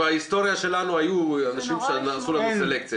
בהיסטוריה שלנו היו אנשים שעשו לנו סלקציה,